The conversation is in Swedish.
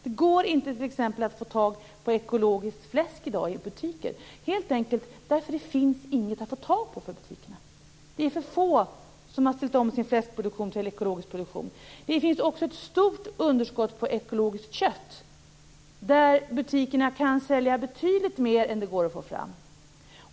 Det går t.ex. inte att få tag på ekologiskt producerat fläsk i dag i butiker. Det beror helt enkelt på att det inte finns något fläsk att få tag på för butikerna. Det är för få som har ställt om sin fläskproduktion till ekologisk produktion. Det finns också ett stort underskott på ekologiskt producerat kött. Butikerna kan sälja betydligt mer än det går att få fram.